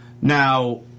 Now